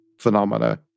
phenomena